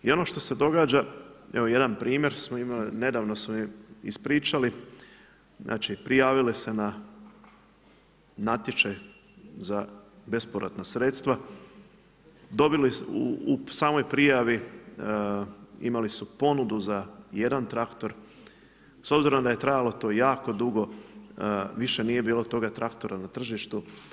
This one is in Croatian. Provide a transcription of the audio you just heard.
I ono što se događa, evo jedan primjer smo imali, nedavno smo ispričali, znači prijavile se na natječaj za bespovratna sredstva, dobili, u samoj prijavi imali su ponudu za jedan traktor, s obzirom da je trajalo to jako dugo, više nije bilo toga traktora na tržištu.